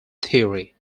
theory